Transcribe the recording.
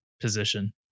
position